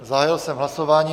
Zahájil jsem hlasování.